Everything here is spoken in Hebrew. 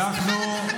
הייתי שמחה לתת הכול,